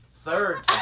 third